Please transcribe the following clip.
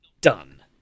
done